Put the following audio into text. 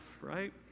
right